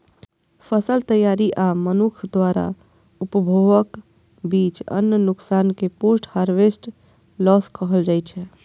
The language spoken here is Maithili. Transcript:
फसल तैयारी आ मनुक्ख द्वारा उपभोगक बीच अन्न नुकसान कें पोस्ट हार्वेस्ट लॉस कहल जाइ छै